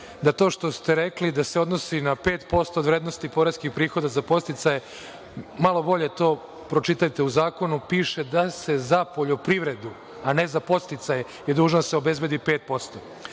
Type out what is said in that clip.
da to što ste rekli da se odnosi na 5% od vrednosti poreskih prihoda za podsticaje, malo bolje to pročitajte. U zakonu piše da je za poljoprivredu, a ne za podsticaje, dužno da se obezbedi 5%.